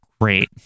Great